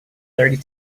thirty